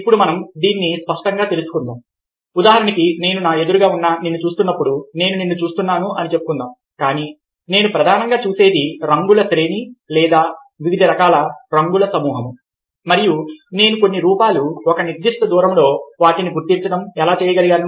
ఇప్పుడు మనం దీన్ని స్పష్టంగా తెలుసుకుందాం ఉదాహరణకు నేను నా ఎదురుగా ఉన్న నిన్ను చూస్తున్నప్పుడు నేను నిన్ను చూస్తున్నాను అని చెప్పుకుందాం కానీ నేను ప్రధానంగా చూసేది రంగుల శ్రేణి లేదా వివిధ రకాలైన రంగుల సమూహం మరియు నేను కొన్ని రూపాలు ఒక నిర్దిష్ట దూరంలో వాటిని గుర్తించడయు ఎలా చేయగలిగాను